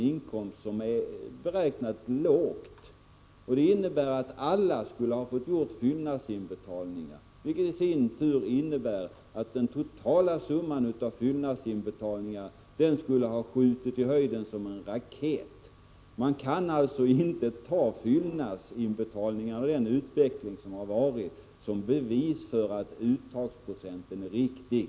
Vid ett preliminärskatteuttag på 200 20 skulle alla få göra fyllnadsinbetalningar. Det skulle i sin tur innebära att den totala summan av fyllnadsinbetalningar skjuter i höjden som en raket. Man kan alltså inte ta fyllnadsinbetalningarna och den utveckling som har ägt rum som ett bevis för att uttagsprocenten är riktig.